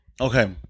okay